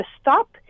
stop